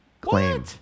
claim